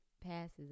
passes